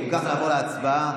אם כך, נעבור להצבעה,